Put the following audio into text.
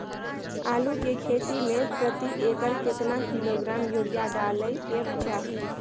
आलू के खेती में प्रति एकर केतना किलोग्राम यूरिया डालय के चाही?